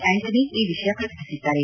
Antony ಈ ವಿಷಯ ಪ್ರಕಟಿಸಿದ್ದಾರೆ